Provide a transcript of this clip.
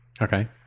Okay